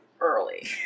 early